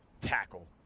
tackle